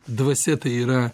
dvasia tai yra